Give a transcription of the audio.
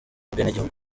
ubwenegihugu